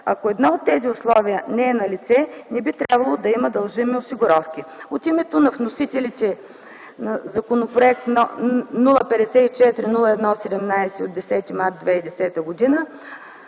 Ако едно от тези условия не е налице, не би трябвало да има дължими осигуровки. От името на вносителите Законопроект № 054-01-17 от 10 март 2010 г.